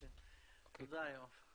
כן, תודה, יואב.